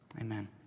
Amen